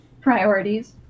priorities